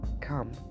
come